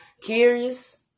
Curious